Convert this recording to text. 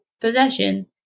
possession